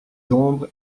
d’ombre